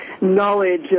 knowledge